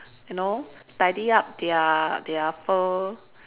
you know tidy up their their fur